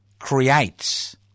creates